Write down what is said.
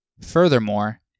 Furthermore